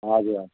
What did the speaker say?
हजुर हजुर